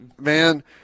man